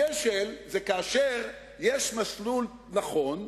כשל זה כאשר יש מסלול נכון,